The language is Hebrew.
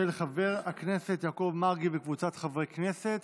של חבר הכנסת יעקב מרגי וקבוצת חברי הכנסת.